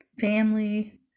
family